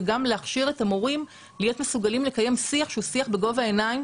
וגם להכשיר את המורים להיות מסוגלים לקיים שיח שהוא בגובה העיניים,